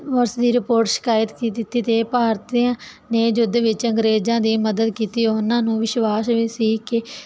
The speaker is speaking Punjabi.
ਇਸ ਦੀ ਰਿਪੋਰਟ ਸ਼ਿਕਾਇਤ ਕੀ ਦਿੱਤੀ ਤੇ ਭਾਰਤ ਦੀਆਂ ਨੇ ਯੁੱਧ ਵਿੱਚ ਅੰਗਰੇਜ਼ਾਂ ਦੀ ਮਦਦ ਕੀਤੀ ਉਹਨਾਂ ਨੂੰ ਵਿਸ਼ਵਾਸ ਵੀ ਸੀ ਕਿ